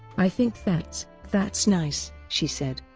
i think that's that's nice, she said.